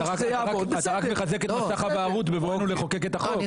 אתה רק מחזק את מסך הבערות בבואנו לחוקק את החוק,